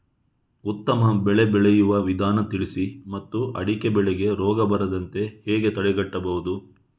ಉತ್ತಮ ಬೆಳೆ ಬೆಳೆಯುವ ವಿಧಾನ ತಿಳಿಸಿ ಮತ್ತು ಅಡಿಕೆ ಬೆಳೆಗೆ ರೋಗ ಬರದಂತೆ ಹೇಗೆ ತಡೆಗಟ್ಟಬಹುದು?